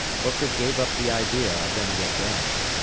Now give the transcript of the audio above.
hooker gave up the idea of any advance,